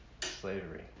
slavery